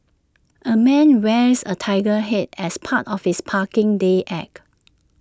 A man wears A Tiger Head as part of his parking day act